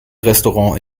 restaurant